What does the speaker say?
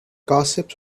gossips